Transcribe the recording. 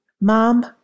Mom